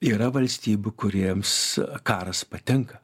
yra valstybių kuriems karas patinka